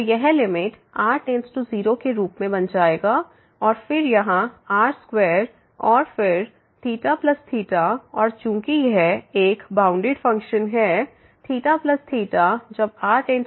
तो यह limit r→0 के रूप में बन जाएगा और फिर यहां r2 और फिर और चूंकि यह एक परिबद्ध फंक्शन है जब r→0 यह लिमिट होगी 0